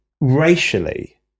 racially